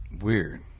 weird